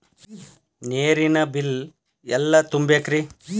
ನೇರಿನ ಬಿಲ್ ಎಲ್ಲ ತುಂಬೇಕ್ರಿ?